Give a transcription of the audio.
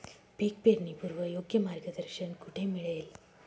पीक पेरणीपूर्व योग्य मार्गदर्शन कुठे मिळेल?